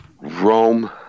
Rome